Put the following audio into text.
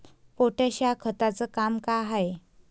Potash या खताचं काम का हाय?